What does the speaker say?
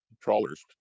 trawlers